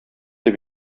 дип